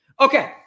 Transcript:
Okay